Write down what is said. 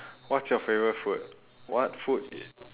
what's your favorite food what food